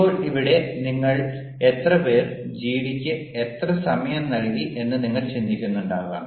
ഇപ്പോൾ ഇവിടെ നിങ്ങൾ എത്രപേർ ജിഡിക്ക് എത്ര സമയം നൽകി എന്ന് നിങ്ങൾ ചിന്തിക്കുന്നുണ്ടാകാം